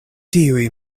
tiuj